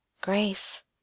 Grace